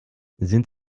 sind